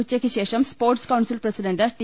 ഉച്ചയ്ക്ക് ശേഷം sports council president T